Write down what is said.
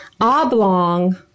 oblong